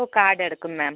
ഓ card എടുക്കും മാം